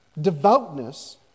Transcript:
devoutness